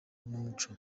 n’umuco